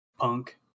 Punk